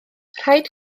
rhaid